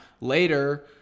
later